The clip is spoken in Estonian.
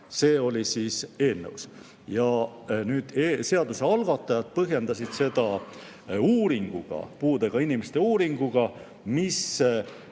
See oli siis eelnõus. Nüüd eelnõu algatajad põhjendasid seda uuringuga, puudega inimeste uuringuga, mis